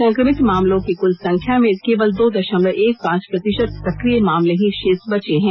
संक्रमित मामलों की कुल संख्यां में केवल दो दशमलव एक पांच प्रतिशत संक्रिय मामले ही शेष बचे है